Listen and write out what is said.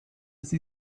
sie